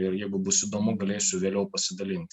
ir jeigu bus įdomu galėsiu vėliau pasidalint